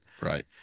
Right